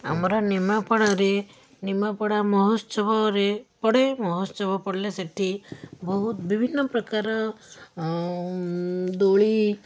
ଆମର ନିମାପଡ଼ାରେ ନିମାପଡ଼ା ମହୋତ୍ସବରେ ପଡ଼େ ମହୋତ୍ସବ ପଡ଼ିଲେ ସେଇଠି ବହୁତ ବିଭିନ୍ନ ପ୍ରକାର ଦୋଳି